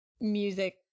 music